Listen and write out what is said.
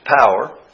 power